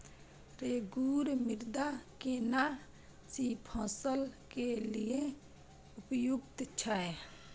रेगुर मृदा केना सी फसल के लिये उपयुक्त छै?